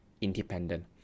independent